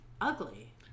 Ugly